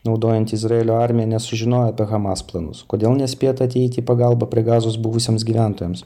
naudojanti izraelio armija nesužinojo apie hamas planus kodėl nespėta ateiti į pagalbą prie gazos buvusiems gyventojams